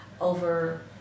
Over